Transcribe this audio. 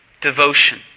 devotion